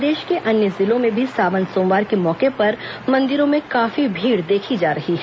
प्रदेश के अन्य जिलों में भी सावन सोमवार के मौके पर मंदिरों में काफी भीड़ देखी जा रही है